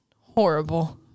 horrible